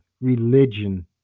religion